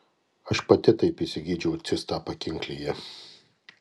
aš pati taip išsigydžiau cistą pakinklyje